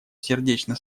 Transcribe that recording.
сердечно